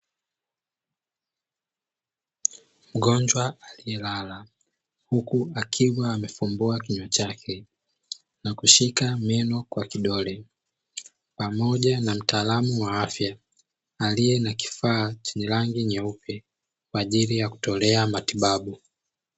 Mgonjwa aliyelala huku akiwa amefumbua kinywa chake, na kushika meno kwa kidole. Pamoja na mtaalamu wa afya aliye na kifaa chenye rangi nyeupe, kwa ajili ya kutolea matibabu.